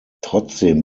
trotzdem